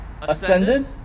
ascended